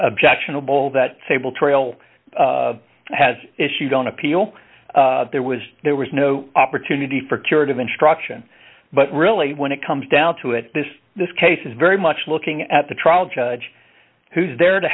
objectionable that sable trial has issued on appeal there was there was no opportunity for curative instruction but really when it comes down to it this case is very much looking at the trial judge who's there to